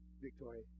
Victoria